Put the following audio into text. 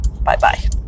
Bye-bye